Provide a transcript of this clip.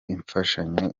imfashanyo